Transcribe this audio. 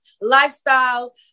lifestyle